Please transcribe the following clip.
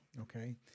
Okay